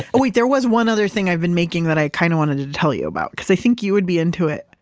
but wait, there was one other thing i've been making that i kind of wanted to to tell you about because i think you would be in to it.